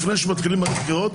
לפני שמתחילות הבחירות,